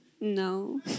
No